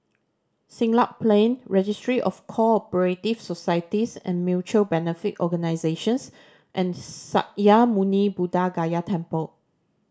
Siglap Plain Registry of Co Operative Societies and Mutual Benefit Organisations and Sakya Muni Buddha Gaya Temple